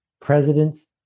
presidents